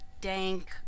dank